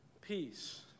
Peace